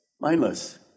Mindless